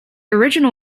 original